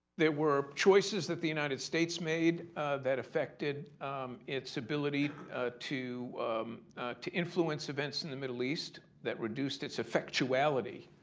there were choices that the united states made that affected its ability to to influence events in the middle east, that reduced its effectuality.